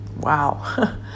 wow